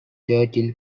churchill